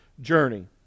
journey